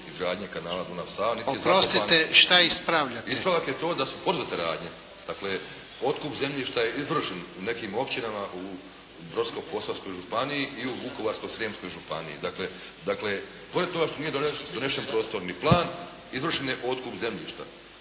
Boro (HDSSB)** Ispravak je to da su poduzete radnje, dakle, otkup zemljišta je izvršen u nekim općinama u Brodsko-posavskoj županiji i u Vukovarsko-srijemskoj županiji. Dakle, pored toga što nije donesen prostorni plan, izvršen je otkup zemljišta